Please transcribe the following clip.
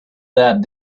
that